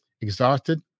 Exhausted